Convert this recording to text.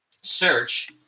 search